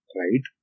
right